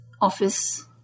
office